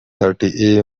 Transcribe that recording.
thirty